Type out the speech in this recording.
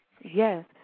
Yes